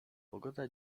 pogoda